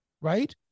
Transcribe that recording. right